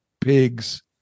pigs